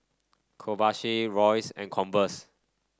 Kobayashi Royce and Converse